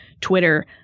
Twitter